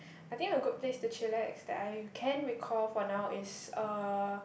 I think the good place to chillax that I can recall for now is uh